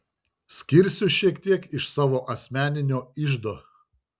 skirsiu šiek tiek iš savo asmeninio iždo